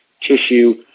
tissue